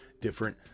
different